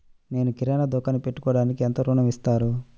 నేను కిరాణా దుకాణం పెట్టుకోడానికి ఎంత ఋణం ఇస్తారు?